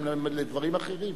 גם על דברים אחרים.